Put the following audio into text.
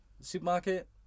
Supermarket